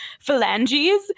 phalanges